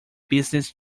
business